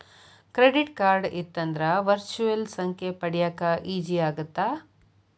Credit card ಇತ್ತಂದ್ರ virtual ಸಂಖ್ಯೆ ಪಡ್ಯಾಕ ಈಜಿ ಆಗತ್ತ?